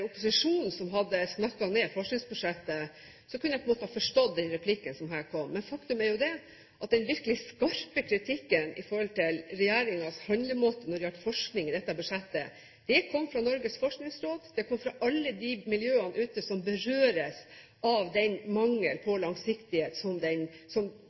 opposisjonen som hadde snakket ned forskningsbudsjettet, kunne jeg på en måte forstått den replikken som kom her. Men faktum er at den virkelig skarpe kritikken av regjeringens handlemåte når det gjaldt forskning i dette budsjettet, kom fra Norges forskningsråd, og den kom fra alle de miljøene som berøres av den mangel på langsiktighet som